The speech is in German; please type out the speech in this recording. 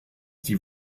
die